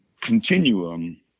continuum